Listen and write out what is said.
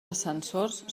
ascensors